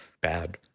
bad